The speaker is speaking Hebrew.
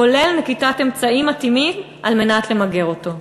כולל נקיטת אמצעים מתאימים על מנת למגר אותו.